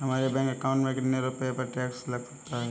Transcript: हमारे bank account में कितने रुपये पर टैक्स लग सकता है?